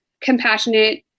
compassionate